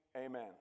amen